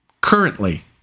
currently